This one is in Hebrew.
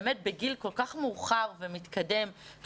בגיל כל כך מאוחר ומתקדם,